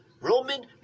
Roman